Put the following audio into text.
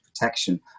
protection